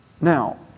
Now